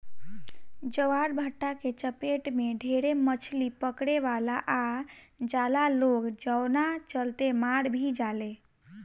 ज्वारभाटा के चपेट में ढेरे मछली पकड़े वाला आ जाला लोग जवना चलते मार भी जाले